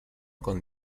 con